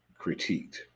critiqued